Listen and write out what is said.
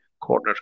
corner